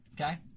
Okay